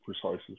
Precisely